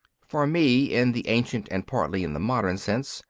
for me, in the ancient and partly in the modern sense,